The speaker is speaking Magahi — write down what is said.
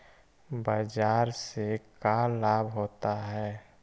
बाजार से का लाभ होता है?